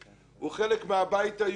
הוא חלק מהבית היהודי,